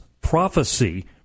prophecy